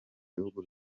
bihugu